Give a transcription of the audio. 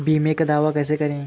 बीमे का दावा कैसे करें?